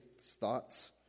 thoughts